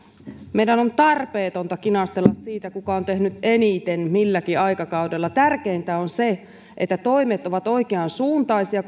meidän on tarpeetonta kinastella siitä kuka on tehnyt eniten milläkin aikakaudella tärkeintä on se että toimet ovat oikeansuuntaisia